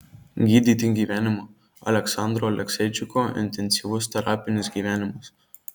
gydyti gyvenimu aleksandro alekseičiko intensyvus terapinis gyvenimas